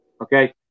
Okay